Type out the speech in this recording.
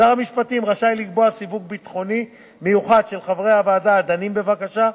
שר המשפטים רשאי לקבוע סיווג ביטחוני מיוחד של חברי הוועדה הדנים בבקשה,